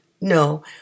No